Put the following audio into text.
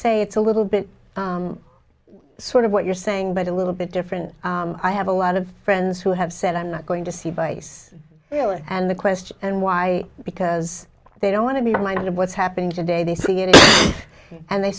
say it's a little bit sort of what you're saying but a little bit different i have a lot of friends who have said i'm not going to see base really and the question and why because they don't want to be reminded of what's happening today they see it and they